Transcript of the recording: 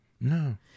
No